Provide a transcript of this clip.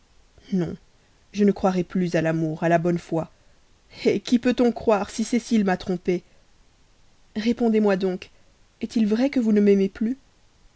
non je ne croirai plus à l'amour à la bonne foi eh qui peut-on croire si cécile m'a trompé répondez-moi donc est-il vrai que vous ne m'aimez plus